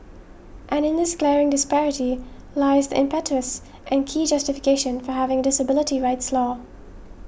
and in this glaring disparity lies impetus and key justification for having a disability rights law